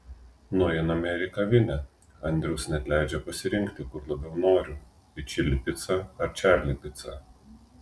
nueiname ir į kavinę andrius net leidžia pasirinkti kur labiau noriu į čili picą ar čarli picą